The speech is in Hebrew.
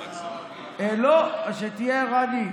לא, שתהיה ערני.